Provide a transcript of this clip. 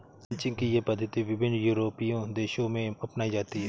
ranching की यह पद्धति विभिन्न यूरोपीय देशों में अपनाई जाती है